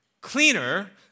cleaner